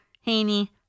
Haney